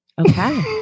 Okay